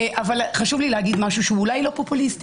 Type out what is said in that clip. אבל חשוב לי להגיד משהו שאולי לא פופולרי,